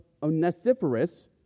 Onesiphorus